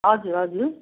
हजुर हजुर